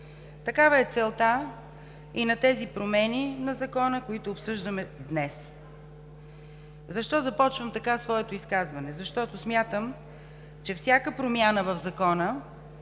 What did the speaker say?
Такава е целта и на тези промени на Закона, които обсъждаме днес. Защо започвам така своето изказване? Защото смятам, че всяка промяна в Закона